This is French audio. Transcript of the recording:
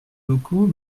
locaux